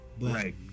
right